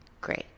great